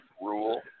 Rule